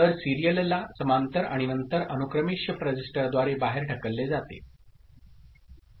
तर सिरीयलला समांतर आणि नंतर अनुक्रमे शिफ्ट रजिस्टरद्वारे बाहेर ढकलले जाते